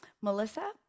Melissa